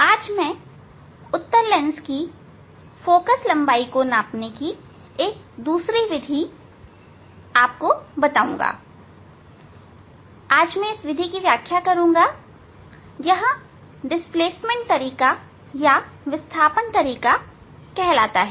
आज मैं उत्तल लेंस की फोकल लंबाई को नापने की एक दूसरे विधि की व्याख्या करूंगा यह डिस्प्लेसमेंट तरीका कहलाता है